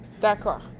D'accord